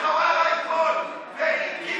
אתה ראית איזה חבורה של פראי אדם?